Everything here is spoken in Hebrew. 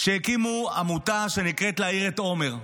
שהקימו עמותה שנקראת "להעיר את עומר".